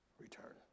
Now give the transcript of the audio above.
return